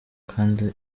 kandi